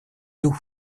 doux